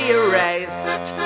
erased